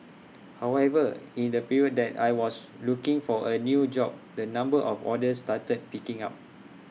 however in the period that I was looking for A new job the number of orders started picking up